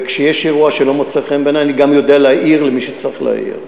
וכשיש אירוע שלא מוצא חן בעיני אני גם יודע להעיר למי שצריך להעיר.